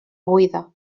buida